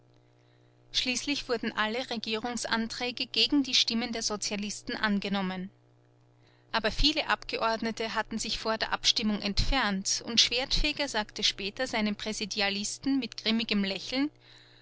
schließlich wurden alle regierungsanträge gegen die stimmen der sozialisten angenommen aber viele abgeordnete hatten sich vor der abstimmung entfernt und schwertfeger sagte später seinem präsidialisten mit grimmigem lächeln